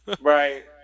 right